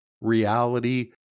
reality